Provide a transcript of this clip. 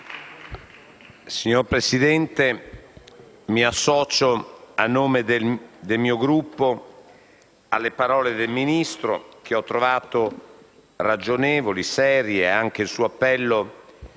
Signor Presidente, mi associo, a nome del mio Gruppo, alle parole del Ministro, che ho trovato ragionevoli, serie, come il suo appello